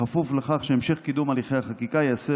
בכפוף לכך שהמשך קידום הליכי החקיקה ייעשה